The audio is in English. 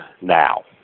now